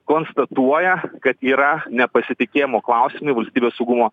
konstatuoja kad yra nepasitikėjimo klausimai valstybės saugumo